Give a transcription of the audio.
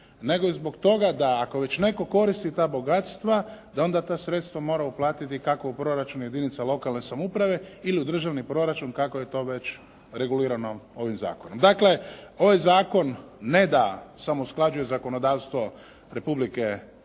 nego i zbog toga da ako već netko koristi ta bogatstva da onda ta sredstva mora uplatiti kao u proračun jedinica lokalne samouprave ili u državni proračun kako je to već regulirano ovim zakonom. Dakle, ovaj zakon ne da samo usklađuje zakonodavstvo Republike